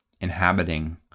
inhabiting